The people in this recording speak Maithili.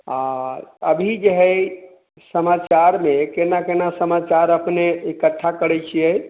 आ अभी जे है समाचार जे केना केना समाचार अपने इकट्ठा करै छियै